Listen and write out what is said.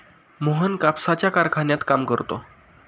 मोहन कापसाच्या कारखान्यात काम करतो